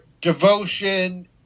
devotion